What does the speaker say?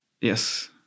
Yes